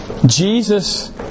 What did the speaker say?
Jesus